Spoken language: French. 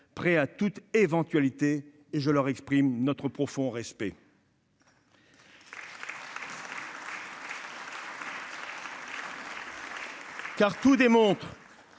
prêts à toute éventualité, et je leur exprime notre profond respect. Car tout démontre